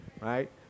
right